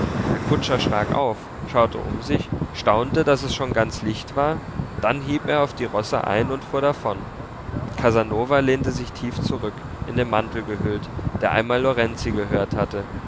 der kutscher schrak auf schaute um sich staunte daß es schon ganz licht war dann hieb er auf die rosse ein und fuhr davon casanova lehnte sich tief zurück in den mantel gehüllt der einmal lorenzi gehört hatte